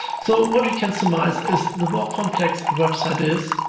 so what we can surmise is the more complex a website is,